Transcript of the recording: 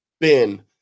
Ben